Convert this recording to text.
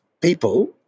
people